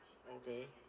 okay